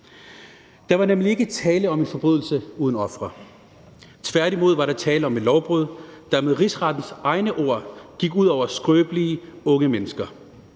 Der var nemlig ikke tale om en forbrydelse uden ofre. Tværtimod var der tale om et lovbrud, der med Rigsrettens egne ord gik ud over skrøbelige unge mennesker